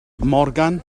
morgan